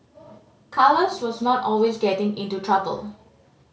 Carlos was not always getting into trouble